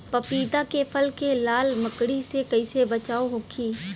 पपीता के फल के लाल मकड़ी से कइसे बचाव होखि?